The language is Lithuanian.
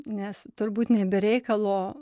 nes turbūt ne be reikalo